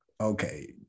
Okay